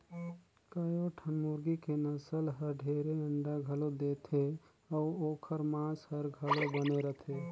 कयोठन मुरगी के नसल हर ढेरे अंडा घलो देथे अउ ओखर मांस हर घलो बने रथे